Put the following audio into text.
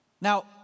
Now